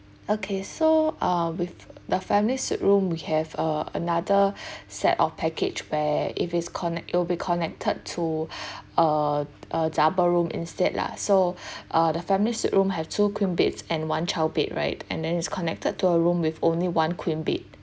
okay so uh with the family suite room we have uh another set of package where it is conne~ it'll be connected to a a double room instead lah so uh the family suite room have two queen beds and one child bed right and then is connected to a room with only one queen bed